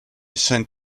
saint